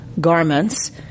Garments